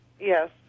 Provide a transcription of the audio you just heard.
Yes